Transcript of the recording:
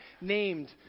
named